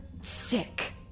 sick